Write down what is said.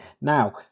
now